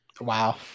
Wow